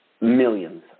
millions